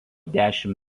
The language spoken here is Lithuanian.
dešimt